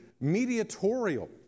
mediatorial